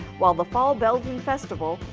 while the fall belgian festival,